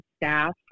staff